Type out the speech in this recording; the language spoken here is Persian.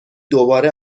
دوباره